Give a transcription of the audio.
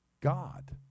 God